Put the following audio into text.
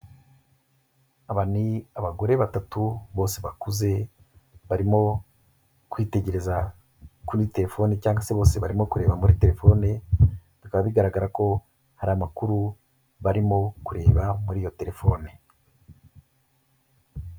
Aba ni abagore batatu bose bakuze, barimo kwitegereza kuri telefone cyangwa se bose barimo kureba muri telefone, bikaba bigaragara ko hari amakuru barimo kureba muri iyo telefone.